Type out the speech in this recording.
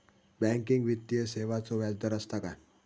Banking वित्तीय सेवाचो व्याजदर असता काय?